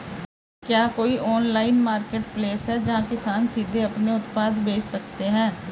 क्या कोई online marketplace है जहां किसान सीधे अपने उत्पाद बेच सकते हैं?